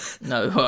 No